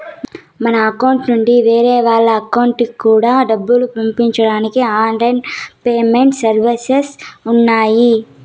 మన అకౌంట్ నుండి వేరే వాళ్ళ అకౌంట్ కూడా డబ్బులు పంపించడానికి ఆన్ లైన్ పేమెంట్ సర్వీసెస్ ఉన్నాయి